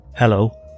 Hello